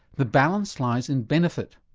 the balance lies in benefit.